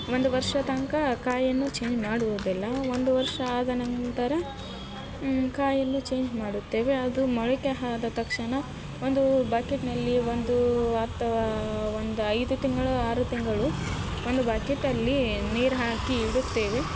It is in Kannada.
ಒಂದು ವರ್ಷ ತನಕ ಕಾಯನ್ನು ಚೇಂಜ್ ಮಾಡುವುದಿಲ್ಲ ಒಂದು ವರ್ಷ ಆದ ನಂತರ ಕಾಯನ್ನು ಚೇಂಜ್ ಮಾಡುತ್ತೇವೆ ಅದು ಮೊಳಕೆ ಆದ ತಕ್ಷಣ ಒಂದು ಬಕೆಟ್ನಲ್ಲಿ ಒಂದು ಅಥವಾ ಒಂದು ಐದು ತಿಂಗಳು ಆರು ತಿಂಗಳು ಒಂದು ಬಕೆಟಲ್ಲಿ ನೀರು ಹಾಕಿ ಇಡುತ್ತೇವೆ